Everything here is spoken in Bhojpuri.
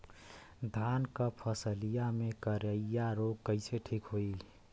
धान क फसलिया मे करईया रोग कईसे ठीक होई?